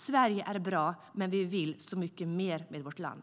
Sverige är bra, men vi vill så mycket mer med vårt land.